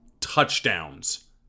touchdowns